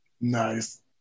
Nice